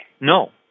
No